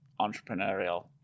entrepreneurial